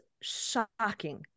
shocking